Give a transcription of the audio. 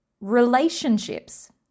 relationships